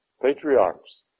patriarchs